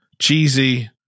cheesy